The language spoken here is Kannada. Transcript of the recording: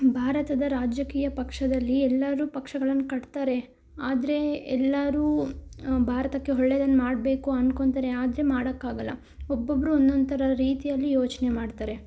ಭಾರತದ ರಾಜಕೀಯ ಪಕ್ಷದಲ್ಲಿ ಎಲ್ಲರೂ ಪಕ್ಷಗಳನ್ನು ಕಟ್ತಾರೆ ಆದರೆ ಎಲ್ಲರೂ ಭಾರತಕ್ಕೆ ಒಳ್ಳೆದನ್ ಮಾಡಬೇಕು ಅನ್ಕೊತಾರೆ ಆದರೆ ಮಾಡೋಕ್ಕಾಗಲ್ಲ ಒಬ್ಬೊಬ್ಬರು ಒಂದೊಂದು ಥರ ರೀತಿಯಲ್ಲಿ ಯೋಚನೆ ಮಾಡ್ತಾರೆ